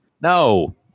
No